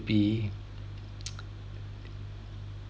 be